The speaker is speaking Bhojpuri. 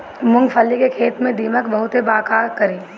मूंगफली के खेत में दीमक बहुत बा का करी?